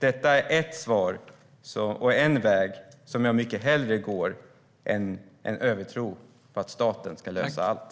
Detta är ett svar och en väg som jag mycket hellre går än att ha en övertro på att staten ska lösa allt.